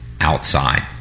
outside